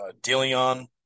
Dillion